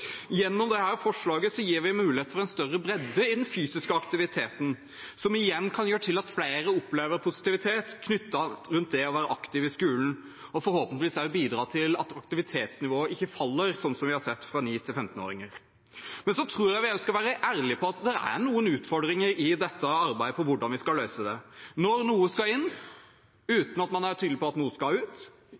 Gjennom dette forslaget gir vi mulighet for en større bredde i den fysiske aktiviteten, som igjen kan føre til at flere opplever positivitet knyttet til det å være aktiv i skolen og forhåpentligvis også bidra til at aktivitetsnivået ikke faller, som vi har sett skjer fra barna er 9 år, til de er 15 år gamle. Men jeg tror også vi skal være ærlige på at det i dette arbeidet er noen utfordringer med hvordan vi skal løse det. Når noe skal inn uten at man er tydelig på at noe skal ut,